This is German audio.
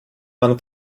man